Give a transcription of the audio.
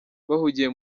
bahugiye